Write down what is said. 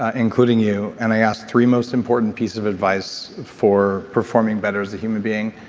ah including you and i asked three most important pieces of advice for performing better as a human being,